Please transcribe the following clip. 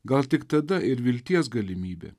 gal tik tada ir vilties galimybė